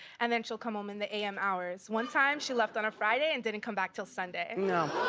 and then she'll come home in the a m. hours. one time she left on a friday and didn't come back til sunday. and no.